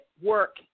work